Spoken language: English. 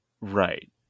Right